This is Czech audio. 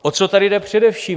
O co tady jde především?